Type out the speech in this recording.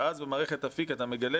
ואז במערכת אפיק אתה מגלה